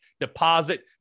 deposit